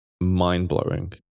mind-blowing